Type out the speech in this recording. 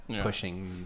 pushing